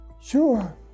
Sure